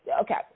okay